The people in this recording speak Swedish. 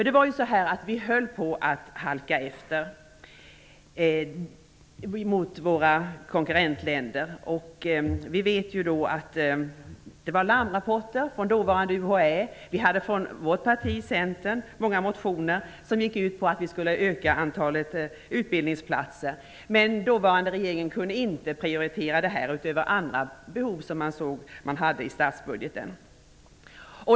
Det var ju så att vi höll på att halka efter jämfört med våra konkurrentländer. Det kom larmrapporter från dåvarande UHÄ. Vi hade från vårt parti, Centern, många motioner som gick ut på att antalet utbildningsplatser skulle utökas. Men dåvarande regeringen kunde inte prioritera detta framför andra behov som fanns i statsbudgeten.